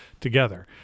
together